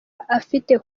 afite